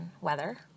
weather